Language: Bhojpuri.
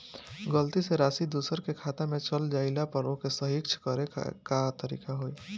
गलती से राशि दूसर के खाता में चल जइला पर ओके सहीक्ष करे के का तरीका होई?